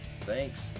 Thanks